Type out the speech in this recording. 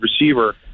receiver